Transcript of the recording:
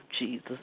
Jesus